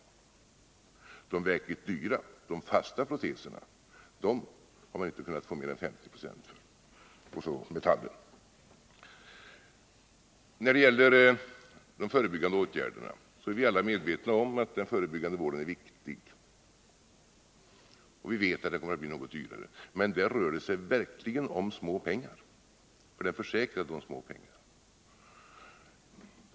För de verkligt dyra proteserna — de fasta — har man inte kunnat få mer än 50 96 plus metallen. När det gäller de förebyggande åtgärderna är vi alla medvetna om att den förebyggande vården är viktig, och vi vet att den kommer att bli något dyrare. Men här rör det sig verkligen om småpengar för den försäkrade.